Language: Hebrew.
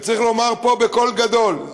וצריך לומר פה בקול גדול,